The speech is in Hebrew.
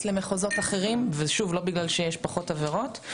למקומות אחרים ולא בגלל שיש פחות עבירות.